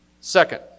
Second